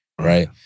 right